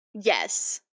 Yes